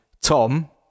Tom